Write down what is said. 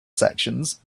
sections